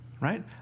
Right